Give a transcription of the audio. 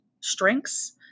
strengths